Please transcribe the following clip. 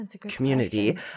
community